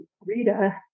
Rita